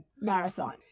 marathon